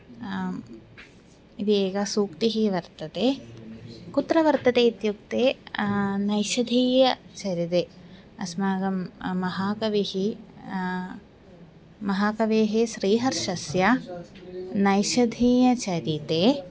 आम् इति एका सूक्तिः वर्तते कुत्र वर्तते इत्युक्ते नैशधीयचरिते अस्माकं महाकविः महाकवेः श्रीहर्षस्य नैशधीयचरिते